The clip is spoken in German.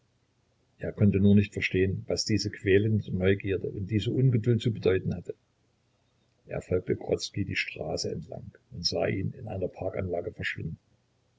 er konnte nur nicht verstehen was diese quälende neugierde und diese ungeduld zu bedeuten hatten er folgte grodzki die straße entlang und sah ihn in einer parkanlage verschwinden